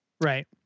right